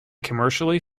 commercially